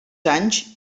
anys